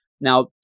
Now